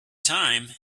time